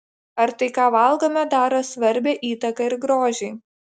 ar tai ką valgome daro svarbią įtaką ir grožiui